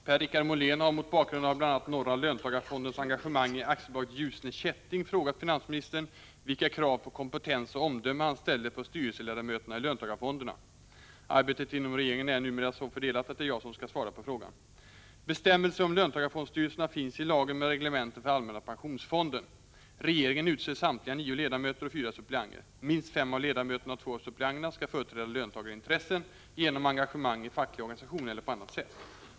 Herr talman! Per-Richard Molén har mot bakgrund av bl.a. Norra löntagarfondens engagemang i AB Ljusne Kätting frågat finansministern vilka krav på kompetens och omdöme han ställer på styrelseledamöterna i löntagarfonderna. Arbetet inom regeringen är numera så fördelat att det är jag som skall svara på frågan. Bestämmelserna om löntagarfondstyrelserna finns i lagen med reglemente för allmänna pensionsfonden. Regeringen utser samtliga nio ledamöter och fyra suppleanter. Minst fem av ledamöterna och två av suppleanterna skall företräda löntagarintressen genom engagemang i facklig organisation eller på annat sätt.